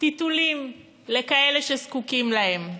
טיטולים לכאלה שזקוקים להם.